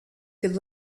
could